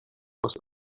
was